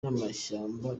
n’amashyamba